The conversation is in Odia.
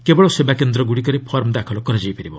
କେବଳ ସେବାକେନ୍ଦ୍ରଗୁଡ଼ିକରେ ଫର୍ମ ଦାଖଲ କରାଯାଇପାରିବ